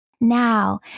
Now